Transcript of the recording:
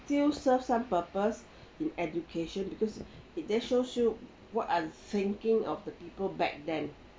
still serve some purpose in education because it there shows you what are the thinking of the people back then